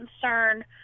concern